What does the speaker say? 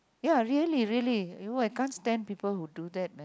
ya really really !aiyo! I can't stand people who do that man